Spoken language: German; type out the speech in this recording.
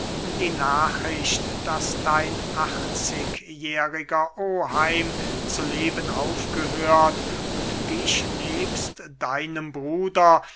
die nachricht daß dein achtzigjähriger oheim zu leben aufgehört und dich nebst deinem bruder